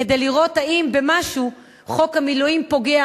כדי לראות אם במשהו חוק המילואים פוגע